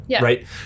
Right